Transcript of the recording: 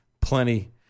plenty